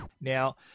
Now